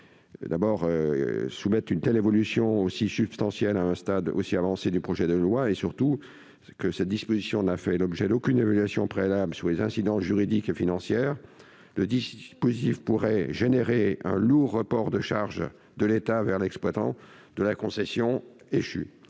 de nous soumettre une évolution aussi substantielle à un stade si avancé du projet de loi, d'autant que cette disposition n'a fait l'objet d'aucune évaluation préalable quant à ses incidences juridiques et financières. Ensuite, le dispositif pourrait entraîner un lourd report de charges de l'État vers l'exploitant de la concession échue.